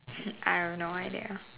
I have no idea